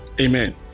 Amen